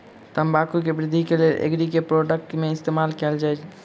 तम्बाकू केँ वृद्धि केँ लेल एग्री केँ के प्रोडक्ट केँ इस्तेमाल कैल जाय?